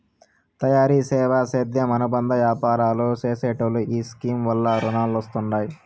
తయారీ, సేవా, సేద్యం అనుబంద యాపారాలు చేసెటోల్లో ఈ స్కీమ్ వల్ల రునాలొస్తండాయి